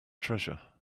treasure